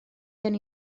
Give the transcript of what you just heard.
gen